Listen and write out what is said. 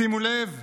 שימו לב,